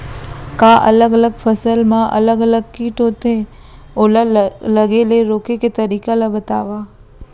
का अलग अलग फसल मा अलग अलग किट होथे, ओला लगे ले रोके के तरीका ला बतावव?